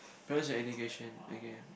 parents and education okay